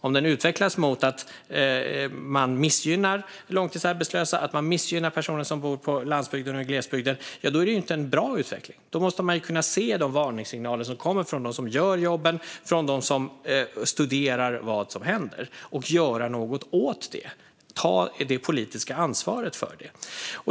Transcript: Om den utvecklas mot att man missgynnar långtidsarbetslösa och personer som bor på landsbygden och i glesbygden är det inte en bra utveckling. Man måste kunna se de varningssignaler som kommer från dem som gör jobben och från dem som studerar vad som händer. Man måste göra något åt det och ta det politiska ansvaret för det.